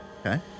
Okay